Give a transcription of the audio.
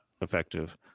effective